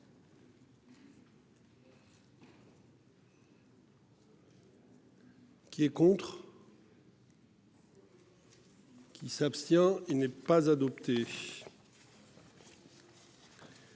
Qui est contre. Qui s'abstient. Ils ne sont pas adoptés.